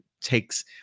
takes